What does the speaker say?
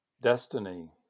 destiny